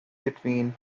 between